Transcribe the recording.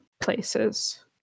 places